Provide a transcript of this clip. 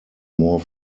more